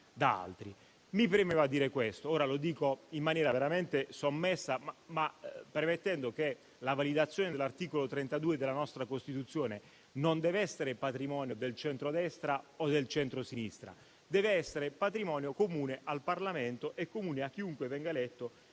Mi premeva dire questo e ora lo faccio in maniera veramente sommessa, ma premettendo che la validazione dell'articolo 32 della nostra Costituzione non dev'essere patrimonio del centrodestra o del centrosinistra. Deve essere patrimonio comune del Parlamento e comune a chiunque venga eletto